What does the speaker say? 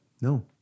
No